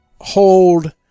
hold